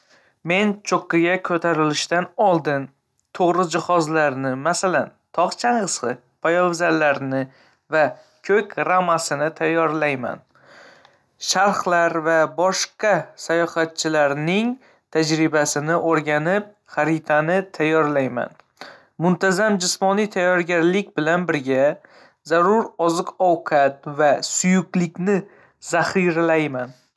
Men cho'qqiga ko'tarilishdan oldin to'g'ri jihozlarni, masalan, tog' chang'isi poyabzallarini va ko'k ramasini tayyorlayman. Sharhlar va boshqa sayohatchilarning tajribasini o'rganib, xaritani tayyorlayman. Muntazam jismoniy tayyorgarlik bilan birga, zarur oziq-ovqat va suyuqlikni zaxiralayman.